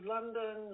London